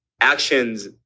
actions